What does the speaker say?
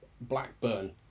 Blackburn